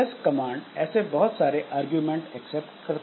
ls command ऐसे बहुत सारे अरगुमेंट एक्सेप्ट करता है